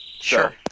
sure